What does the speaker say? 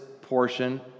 portion